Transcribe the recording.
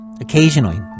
Occasionally